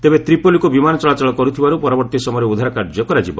ତେବେ ତ୍ରିପୋଲିକୁ ବିମାନ ଚଳାଚଳ କରୁଥିବାରୁ ପରବର୍ତ୍ତୀ ସମୟରେ ଉଦ୍ଧାର କାର୍ଯ୍ୟ କରାଯିବ